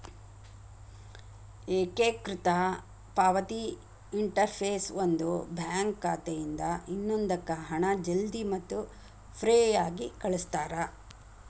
ಏಕೇಕೃತ ಪಾವತಿ ಇಂಟರ್ಫೇಸ್ ಒಂದು ಬ್ಯಾಂಕ್ ಖಾತೆಯಿಂದ ಇನ್ನೊಂದಕ್ಕ ಹಣ ಜಲ್ದಿ ಮತ್ತ ಫ್ರೇಯಾಗಿ ಕಳಸ್ತಾರ